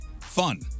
fun